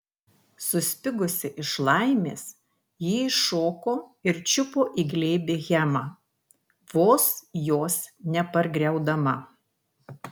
suspigusi iš laimės ji iššoko ir čiupo į glėbį hemą vos jos nepargriaudama